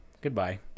Goodbye